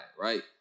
Right